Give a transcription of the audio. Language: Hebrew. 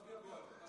מצביע בעד.